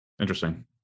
Interesting